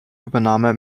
übernahme